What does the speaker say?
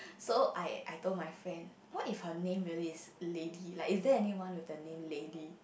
so I I told my friend what if her name really is Lady like is there anyone with the name Lady